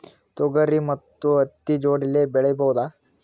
ತೊಗರಿ ಮತ್ತು ಹತ್ತಿ ಜೋಡಿಲೇ ಬೆಳೆಯಬಹುದಾ?